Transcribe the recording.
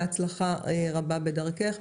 בהצלחה רבה בדרכך.